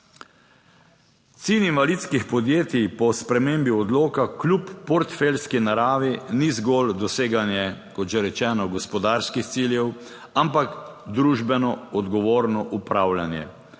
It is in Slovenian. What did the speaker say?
Cilj invalidskih podjetij po spremembi odloka, kljub portfeljski naravi ni zgolj doseganje, kot že rečeno, gospodarskih ciljev, ampak družbeno odgovorno upravljanje.